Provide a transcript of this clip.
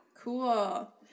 Cool